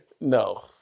No